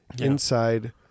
Inside